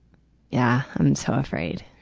yeah, i'm so afraid.